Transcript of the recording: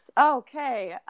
Okay